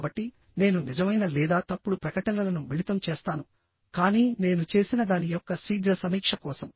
కాబట్టి నేను నిజమైన లేదా తప్పుడు ప్రకటనలను మిళితం చేస్తాను కానీ నేను చేసిన దాని యొక్క శీఘ్ర సమీక్ష కోసం